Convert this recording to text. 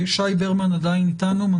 שי ברמן עדיין איתנו?